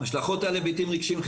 השלכות על היבטים רגשיים,